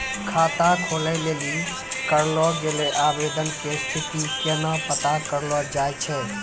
खाता खोलै लेली करलो गेलो आवेदन के स्थिति के केना पता करलो जाय छै?